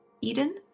Eden